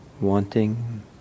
wanting